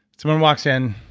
someone walks in,